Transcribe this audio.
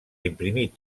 imprimir